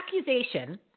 accusation